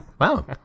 Wow